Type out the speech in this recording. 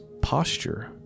posture